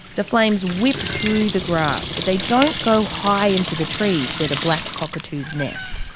the flames whip through the grass but they don't go high into the trees, where the black cockatoos nest.